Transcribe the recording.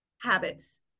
habits